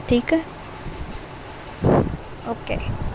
ٹھیک ہے اوکے